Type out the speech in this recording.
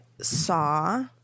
saw